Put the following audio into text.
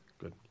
Good